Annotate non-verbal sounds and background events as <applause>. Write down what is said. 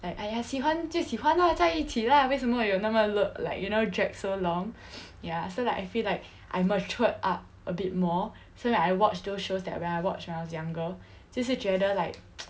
like !aiya! 喜欢就喜欢 lah 在一起 lah 为什么有那么 look like you know dragged so long ya so like I feel like I matured up a bit more so like I watch those shows that when I watched when I was younger 就是觉得 like <noise>